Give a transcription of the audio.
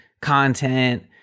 content